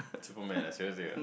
superman ah seriously ah